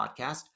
Podcast